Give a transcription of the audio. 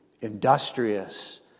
industrious